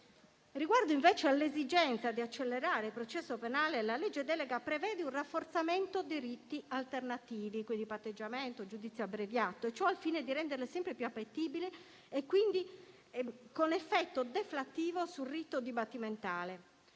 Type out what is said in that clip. Riguardo invece all'esigenza di accelerare il processo penale, la legge delega prevede un rafforzamento dei riti alternativi (patteggiamento, giudizio abbreviato), al fine di renderli sempre più appetibili, con un effetto deflattivo sul rito dibattimentale.